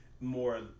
More